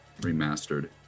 remastered